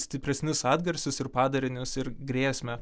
stipresnius atgarsius ir padarinius ir grėsmę